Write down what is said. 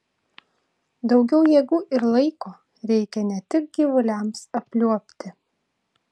daugiau jėgų ir laiko reikia ne tik gyvuliams apliuobti